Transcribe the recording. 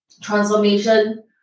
transformation